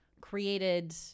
created